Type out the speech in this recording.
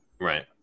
Right